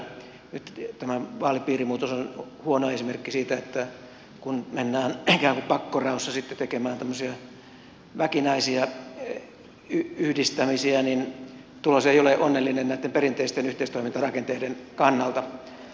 nyt tämä vaalipiirimuutos on huono esimerkki siitä että kun mennään ikään kuin pakkoraossa sitten tekemään tämmöisiä väkinäisiä yhdistämisiä niin tulos ei ole onnellinen näitten perinteisten yhteistoimintarakenteiden kannalta